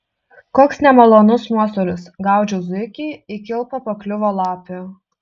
koks nemalonus nuostolis gaudžiau zuikį į kilpą pakliuvo lapė